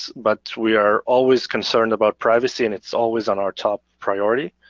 but we are always concerned about privacy and it's always on our top priority.